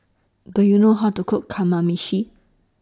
Do YOU know How to Cook Kamameshi